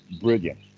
brilliant